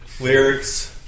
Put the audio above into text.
lyrics